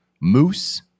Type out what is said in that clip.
Moose